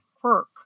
quirk